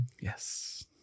yes